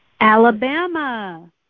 Alabama